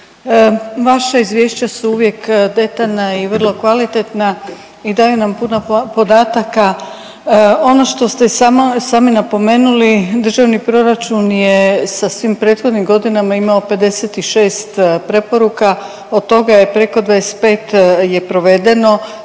vaša izvješća su uvijek detaljna i vrlo kvalitetna i daju nam puno podataka. Ono što ste samo, sami napomenuli, državni proračun je sa svim prethodnim godinama imao 56 preporuka, od toga je preko 25 je provedeno,